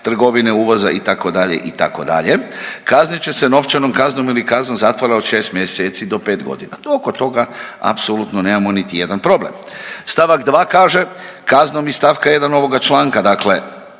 trgovine, uvoza itd., itd., kaznit će se novčanom kaznom ili kaznom zatvora od šest mjeseci do pet godina, to oko toga apsolutno nemamo niti jedan problem. St. 2. kaže, kaznom iz st. 1. ovoga članka, dakle